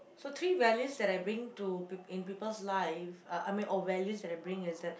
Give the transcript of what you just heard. so three values that I bring to people in people's life uh I mean or values that I bring is that